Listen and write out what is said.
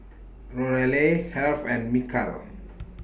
Lorelei Heath and Michal